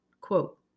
Quote